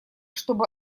чтобы